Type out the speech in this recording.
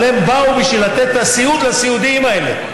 אבל הן באו בשביל לתת את הסיעוד לסיעודיים האלה.